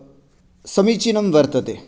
समीचीनं वर्तते